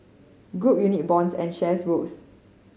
group unit bonds and shares rose